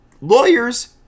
lawyers